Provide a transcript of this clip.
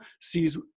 sees